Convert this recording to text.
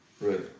Right